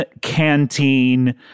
Canteen